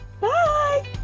Bye